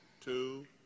two